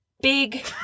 Big